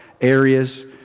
areas